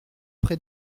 près